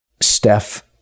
Steph